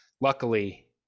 luckily